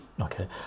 okay